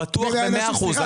בטוח במאה אחוזים.